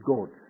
God